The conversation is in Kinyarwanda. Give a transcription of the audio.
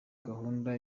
gahunda